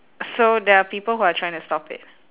so there are people who are trying to stop it